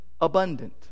abundant